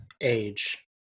age